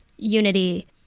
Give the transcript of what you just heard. Unity